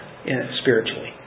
spiritually